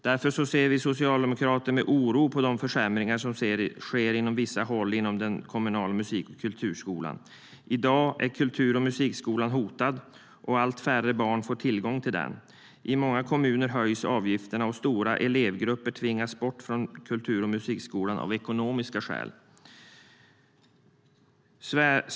Därför ser vi socialdemokrater med oro på de försämringar som sker på vissa håll inom den kommunala musik och kulturskolan. I dag är musik och kulturskolan hotad, och allt färre barn får tillgång till den. I många kommuner höjs avgifterna, och stora elevgrupper tvingas bort från musik och kulturskolan av ekonomiska skäl.